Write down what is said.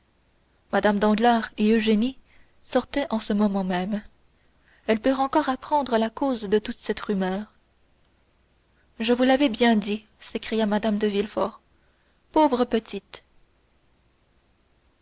mme danglars et eugénie sortaient en ce moment même elles purent encore apprendre la cause de toute cette rumeur je vous l'avais bien dit s'écria mme de villefort pauvre petite